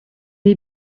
est